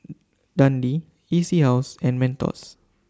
Dundee E C House and Mentos